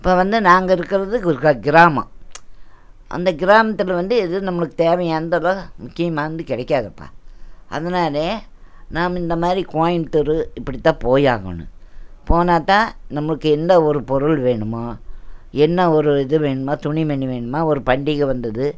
இப்போ வந்து நாங்கள் இருக்கிறது ஒரு கிராமம் அந்த கிராமத்தில் வந்து எதுவும் நம்மளுக்கு தேவையாக இருந்தாலோ முக்கியமானது கிடைக்காதப்பா அதனால் நாம் இந்த மாதிரி கோயம்புத்தூர் இப்படித்தான் போயாகணும் போனால்தான் நம்மளுக்கு என்ன ஒரு பொருள் வேணுமோ என்ன ஒரு இது வேணுமாே துணிமணி வேணுமாே ஒரு பண்டிகை வந்தது